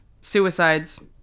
suicides